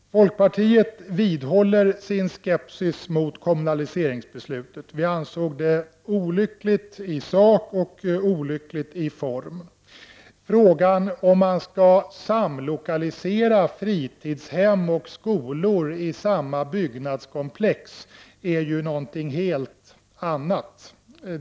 Folkpartiet vidhåller sin skepsis gentemot kommunaliseringsbeslutet. Vi ansåg att det var olyckligt i sak och olyckligt till form. Frågan om man skall samlokalisera fritidshem och skolor i samma byggnadskomplex är något helt annat.